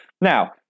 Now